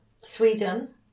Sweden